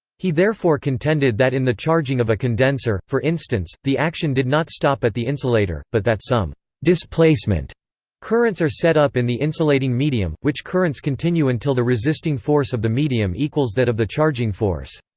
he therefore contended that in the charging of a condenser, for instance, the action did not stop at the insulator, but that some displacement currents are set up in the insulating medium, which currents continue until the resisting force of the medium equals that of the charging force.